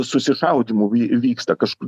susišaudymų vy vyksta kažkur